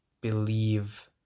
believe